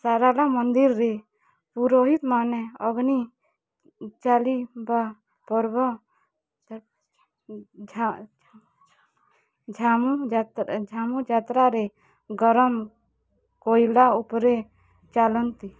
ସାରଲା ମନ୍ଦିର୍ରେ ପୁରୋହିତ୍ମାନେ ଅଗ୍ନି ଚାଲିବା ପର୍ବ ଝାମୁ ଯାତ୍ରା ଝାମୁ ଯାତ୍ରାରେ ଗରମ କୋଇଲା ଉପରେ ଚାଲନ୍ତି